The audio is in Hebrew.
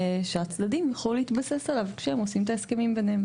שהצדדים יוכלו להתבסס עליו כשהם עושים את ההסכמים ביניהם,